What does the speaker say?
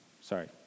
sorry